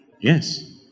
Yes